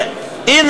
והנה,